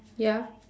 ya